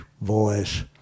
voice